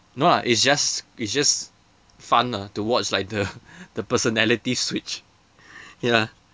no lah it's just it's just fun ah to watch like the the personality switch ya